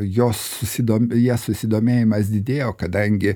jos susido ja susidomėjimas didėjo kadangi